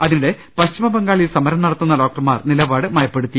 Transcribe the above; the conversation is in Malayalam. അതിനിടെ പശ്ചിമബംഗാളിൽ സമരം നടത്തുന്ന ഡോക്ടർമാർ നില പാട് മയപ്പെടുത്തി